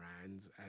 brands